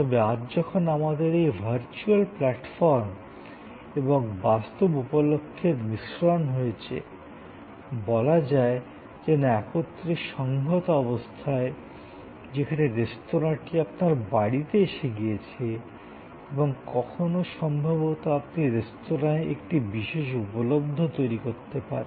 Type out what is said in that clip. তবে আজ যখন আমাদের এই ভার্চুয়াল প্ল্যাটফর্ম এবং বাস্তব উপলক্ষের মিশ্রণ রয়েছে বলা যায় যেন একত্রে সংহত অবস্থায় যেখানে রেস্তোঁরাটি আপনার বাড়িতে এসে গিয়েছে এবং কখনও সম্ভবত আপনিও রেস্তোঁরায় একটি বিশেষ উপলক্ষ তৈরি করতে পারেন